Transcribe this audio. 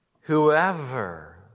Whoever